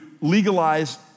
legalize